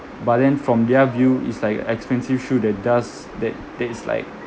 but then from their view it's like expensive shoe that does that that is like